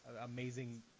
amazing